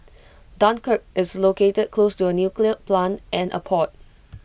Dunkirk is located close to A nuclear plant and A port